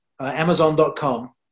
amazon.com